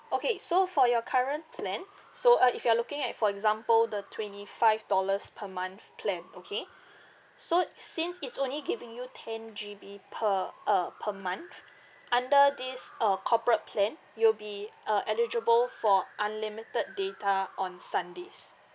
okay so for your current plan so uh if you are looking at for example the twenty five dollars per month plan okay so since it's only giving you ten G_B per uh per month under this uh corporate plan you will be uh eligible for unlimited data on sundays